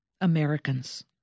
Americans